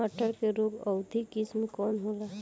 मटर के रोग अवरोधी किस्म कौन होला?